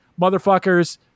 motherfuckers